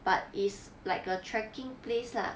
but is like a trekking place lah